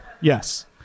yes